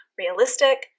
realistic